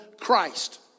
Christ